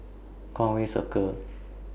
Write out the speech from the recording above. Conway Circle